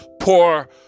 poor